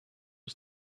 was